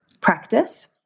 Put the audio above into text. practice